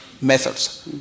methods